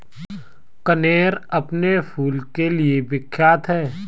कनेर अपने फूल के लिए विख्यात है